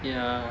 ya